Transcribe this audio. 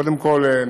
קודם כול,